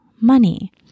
money